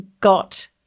got